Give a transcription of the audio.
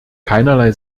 keinerlei